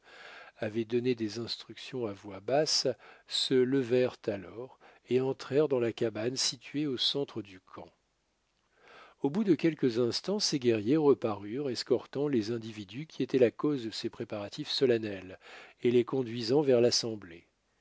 avait donné des instructions à voix basse se levèrent alors et entrèrent dans la cabane située au centre du camp au bout de quelques instants ces guerriers reparurent escortant les individus qui étaient la cause de ces préparatifs solennels et les conduisant vers l'assemblée